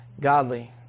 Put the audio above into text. Godly